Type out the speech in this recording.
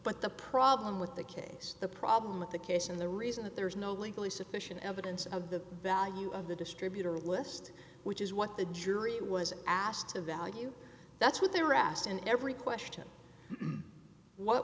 but the problem with the case the problem with the case and the reason that there is no legally sufficient evidence of the value of the distributor list which is what the jury was asked to value that's what they were asked in every question what